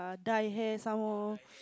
dye hair some more